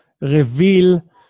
reveal